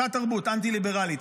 אותה תרבות אנטי-ליברלית,